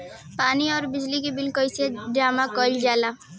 पानी और बिजली के बिल कइसे जमा कइल जाला?